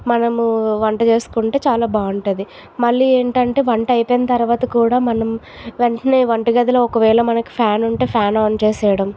మనము వంట చేసుకుంటే చాలా బాగుంటుంది మళ్ళీ ఏమిటంటే వంట అయిపోయిన తర్వాత కూడా మనం వెంటనే వంట గదిలో ఒకవేళ మనకి ఫ్యాన్ ఉంటే ఫ్యాన్ ఆన్ చేసేయడం